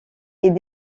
est